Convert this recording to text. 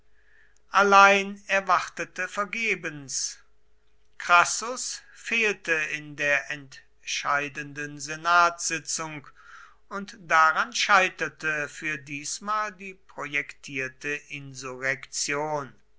allein er wartete vergebens crassus fehlte in der entscheidenden senatssitzung und daran scheiterte für diesmal die projektierte